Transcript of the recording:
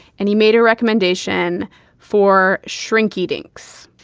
and he made a recommendation for shrinky dinks.